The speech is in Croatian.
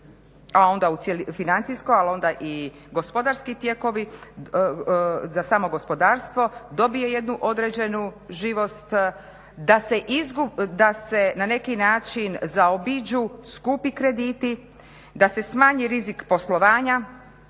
tržište financijsko, ali onda i gospodarski tijekovi za samo gospodarstvo dobije jednu određenu živost, da se na neki način zaobiđu skupi krediti, da se smanji rizik poslovanja,